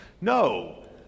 No